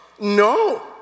No